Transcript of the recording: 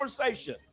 conversation